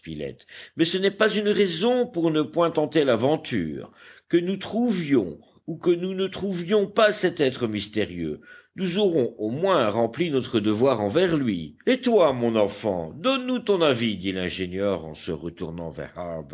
mais ce n'est pas une raison pour ne point tenter l'aventure que nous trouvions ou que nous ne trouvions pas cet être mystérieux nous aurons au moins rempli notre devoir envers lui et toi mon enfant donne-nous ton avis dit l'ingénieur en se retournant vers